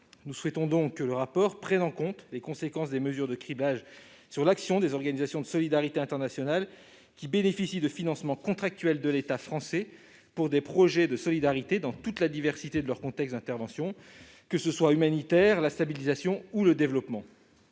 Nous souhaitons donc que le rapport prenne en compte les effets des mesures de criblage sur l'action des organisations de solidarité internationale bénéficiant de financements contractuels de l'État français pour des projets de solidarité dans toute la diversité de leurs contextes d'intervention, que ce soit l'humanitaire, la stabilisation ou le développement.